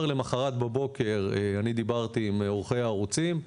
למחרת בבוקר דיברתי עם עורכי הערוצים,